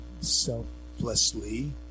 selflessly